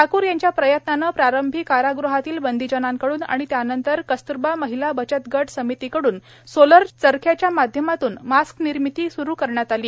ठाकूर यांच्या प्रयत्नाने प्रारंभी कारागृहातील बंदीजनांकडून आणि त्यानंतर कस्तूरबा महिला बचत गट समितीकडून सोलर चरख्याच्या माध्यमातून मास्कनिर्मिती स्रू करण्यात आली